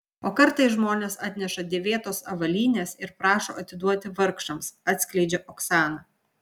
o kartais žmonės atneša dėvėtos avalynės ir prašo atiduoti vargšams atskleidžia oksana